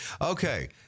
okay